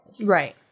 Right